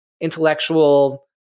intellectual